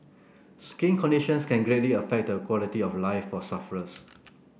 skin conditions can greatly affect the quality of life for sufferers